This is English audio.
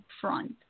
front